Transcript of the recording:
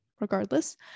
regardless